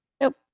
Nope